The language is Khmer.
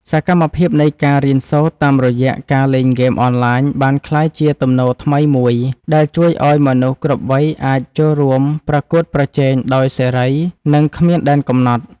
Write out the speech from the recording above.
សកម្មភាពនៃការរៀនសូត្រតាមរយៈការលេងហ្គេមអនឡាញបានក្លាយជាទំនោរថ្មីមួយដែលជួយឱ្យមនុស្សគ្រប់វ័យអាចចូលរួមប្រកួតប្រជែងដោយសេរីនិងគ្មានដែនកំណត់។